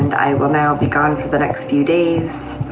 i will now be gone for the next few days,